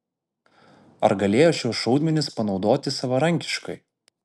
ar galėjo šiuos šaudmenis panaudoti savarankiškai